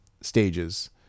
stages